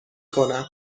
کنم